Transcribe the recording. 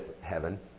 heaven